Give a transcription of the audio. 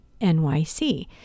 nyc